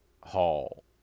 Hall